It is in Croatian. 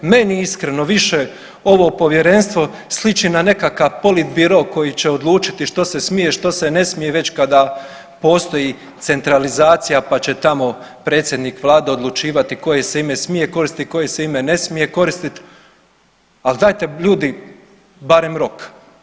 Meni iskreno više ovo povjerenstvo sliči na nekakav politbiro koji će odlučiti što se smije, što se ne smije već kada postoji centralizacija pa će tamo predsjednik vlade odlučivati koje se ime smije koristiti, koje se ime ne smije koristiti, ali dajte ljudi barem rok.